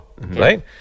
right